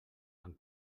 amb